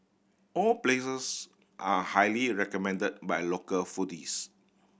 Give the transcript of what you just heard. all places are highly recommend by local foodies